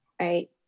right